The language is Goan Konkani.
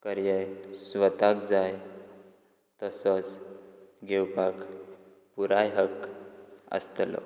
पर्याय स्वताक जाय तसोच घेवपाक पुराय हक आसतलो